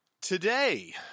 Today